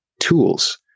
tools